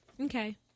Okay